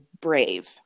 brave